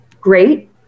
great